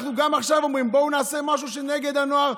אנחנו גם עכשיו אומרים: בואו נעשה משהו נגד לנוער.